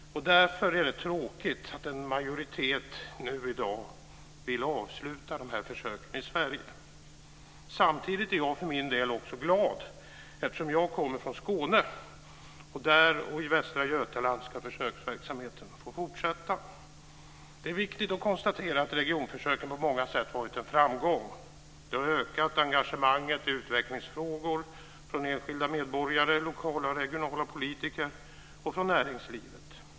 Därför är det tråkigt att en majoritet nu i dag vill avsluta de försöken i Sverige. Samtidigt är jag för min del glad, eftersom jag kommer från Skåne. Där och i Västra Götaland ska försöksverksamheten fortsätta. Det är viktigt att konstatera att regionförsöken på många sätt varit en framgång. De har ökat engagemanget i utvecklingsfrågor från enskilda medborgare, lokala och regionala politiker och från näringslivet.